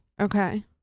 okay